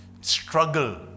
struggle